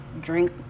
drink